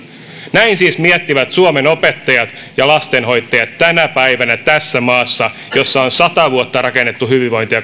näin siis miettivät suomen opettajat ja lastenhoitajat tänä päivänä tässä maassa jossa on sata vuotta rakennettu hyvinvointia